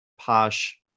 posh